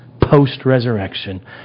post-resurrection